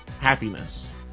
Happiness